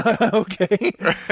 Okay